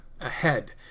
ahead